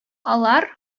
алар